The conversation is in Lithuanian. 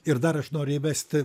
ir dar aš noriu įvesti